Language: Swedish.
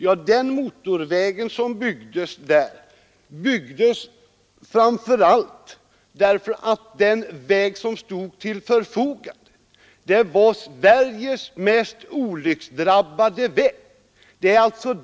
Ja, den motorvägen byggdes framför allt därför att den väg som tidigare stod till förfogande var en av Sveiges mest olycksdrabbade vägar.